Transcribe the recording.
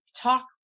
talk